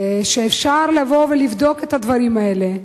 ואפשר לבוא ולבדוק את הדברים האלה.